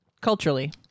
Culturally